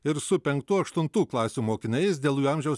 ir su penktų aštuntų klasių mokiniais dėl jų amžiaus